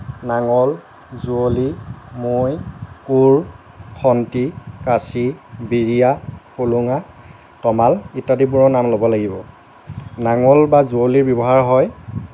নাঙল যুঁৱলি মৈ কোৰ খন্তি কাচি বিৰিয়া হোলোঙা তঙাল ইত্যাদিবোৰৰ নাম ল'ব লাগিব নাঙল বা যুঁৱলি ব্যৱহাৰ হয়